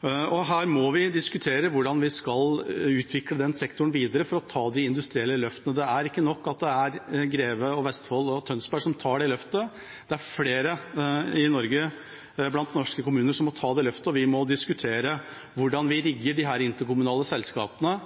Vi må diskutere hvordan vi skal utvikle den sektoren videre for å ta de industrielle løftene. Det er ikke nok at det er Greve Biogass, Tønsberg og Vestfold som tar det løftet. Flere kommuner i Norge må ta det løftet, og vi må diskutere hvordan vi rigger disse interkommunale selskapene